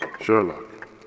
Sherlock